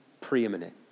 preeminent